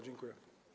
Dziękuję.